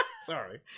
Sorry